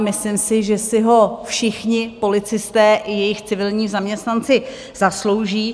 Myslím si, že si ho všichni policisté i jejich civilní zaměstnanci zaslouží.